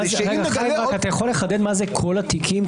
אתה יכול לחדד מה זה "כל התיקים"?